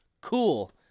Cool